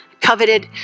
coveted